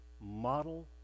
model